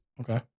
Okay